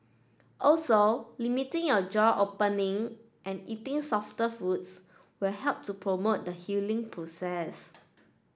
also limiting your jaw opening and eating softer foods will help to promote the healing process